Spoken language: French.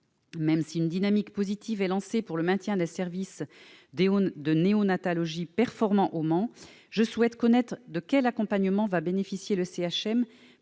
Même si une dynamique positive est lancée pour le maintien d'un service de néonatologie performant au Mans, je souhaite connaître l'accompagnement dont bénéficiera le CHM